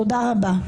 תודה רבה.